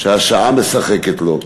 שהשעה משחקת לו,